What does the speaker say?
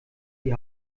die